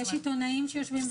יש עיתונאים שיושבים.